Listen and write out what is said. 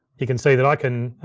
you can see that i can,